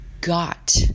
got